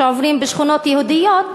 שעוברים בשכונות יהודיות,